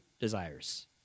desires